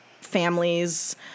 families